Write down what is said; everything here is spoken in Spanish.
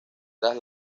tras